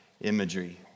imagery